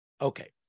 Okay